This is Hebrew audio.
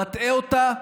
מטעה אותה,